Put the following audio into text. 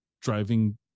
driving